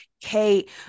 Kate